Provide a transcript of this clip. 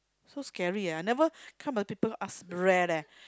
so scary ah I never come where people ask rare leh